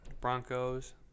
Broncos